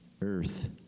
earth